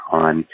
on